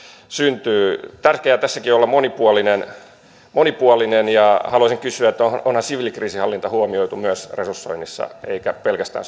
syntyy tärkeää tässäkin on olla monipuolinen ja haluaisin kysyä että onhan siviilikriisinhallinta huomioitu myös resursoinnissa eikä pelkästään